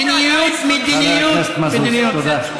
מדיניות, מדיניות, חבר הכנסת מזוז, תודה.